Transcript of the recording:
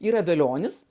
yra velionis